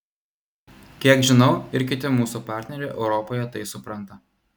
kiek žinau ir kiti mūsų partneriai europoje tai supranta